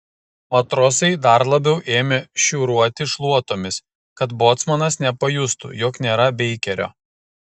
matrosai dar labiau ėmė šiūruoti šluotomis kad bocmanas nepajustų jog nėra beikerio